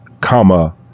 comma